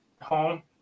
home